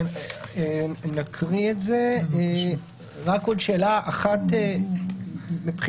כן, נקריא את זה, רק עוד שאלה אחת מבחינת